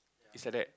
it's like that